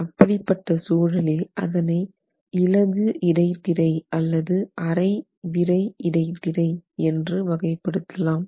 அப்படிப்பட்ட சூழலில் அதனை இளகு இடைத்திரை அல்லது அரை விறை இடைத்திரை என்று வகைப் படுத்தலாம்